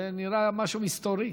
זה נראה משהו מסתורי.